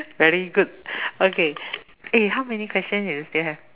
very good okay eh how many question do you still have